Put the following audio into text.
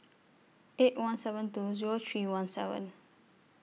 eight one seven two Zero three one seven